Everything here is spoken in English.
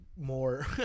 more